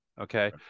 Okay